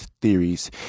theories